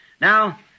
Now